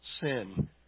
sin